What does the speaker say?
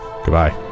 goodbye